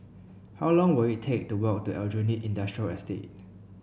how long will it take to walk to Aljunied Industrial Estate